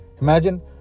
Imagine